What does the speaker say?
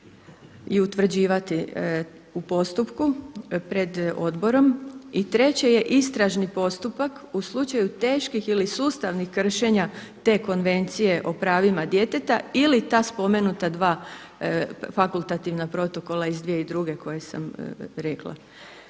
i utvrđivati u postupku pred odborom. I treće je istražni postupak, u slučaju teških ili sustavnih kršenja te Konvencije o pravima djeteta ili ta spomenuta dva fakultativna protokola iz 2002. koje sam rekla.